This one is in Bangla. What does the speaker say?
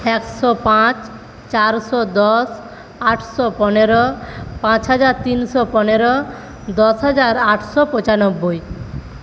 একশো পাঁচ চারশো দশ আটশো পনেরো পাঁচ হাজার তিনশো পনেরো দশ হাজার আটশো পঁচানব্বই